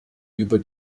über